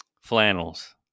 flannels